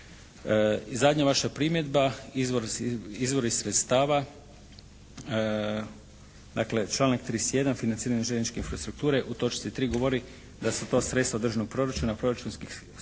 I zadnja vaša primjedba izvori sredstava dakle članak 31. financiranje željezničke infrastrukture u točci 3. govori da su to sredstva državnog proračuna, proračunskih sredstava